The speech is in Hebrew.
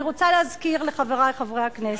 אני רוצה להזכיר לחברי חברי הכנסת,